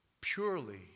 Purely